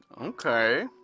Okay